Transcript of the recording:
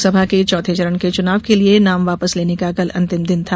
लोकसभा के चौथे चरण के चुनाव के लिए नाम वापस लेने का कल अंतिम दिन था